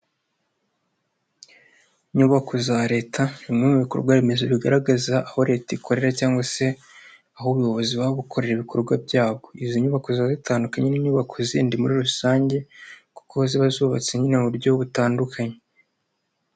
Inyubako za leta, ni bimwe mu bikorwa remezo bigaragaza aho leta ikorera cyangwa se aho ubuyobozi baba bukorera ibikorwa byabwo. Izi nyubako ziba zitandukanye n'inyubako zindi muri rusange kuko ziba zubatse nyine mu buryo butandukanye.